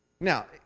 Now